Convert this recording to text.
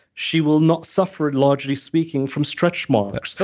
she will not suffer, largely speaking from stretch marks.